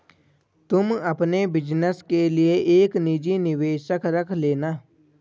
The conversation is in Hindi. तुम अपने बिज़नस के लिए एक निजी निवेशक रख लेना